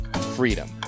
freedom